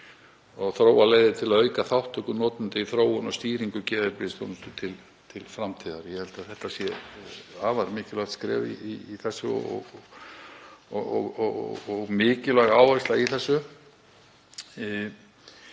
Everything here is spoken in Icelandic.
og þróa leiðir til að auka þátttöku notenda í þróun og stýringu geðheilbrigðisþjónustu til framtíðar. Ég held að þetta sé afar mikilvægt skref í þessu og mikilvæg áhersla.